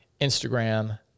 Instagram